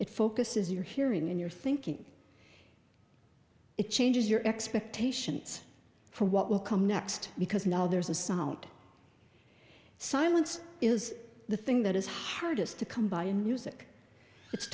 it focuses your hearing in your thinking it changes your expectations for what will come next because now there's a sound silence is the thing that is hardest to come by in music it's